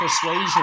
persuasion